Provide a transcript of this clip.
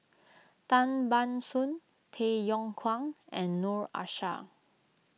Tan Ban Soon Tay Yong Kwang and Noor Aishah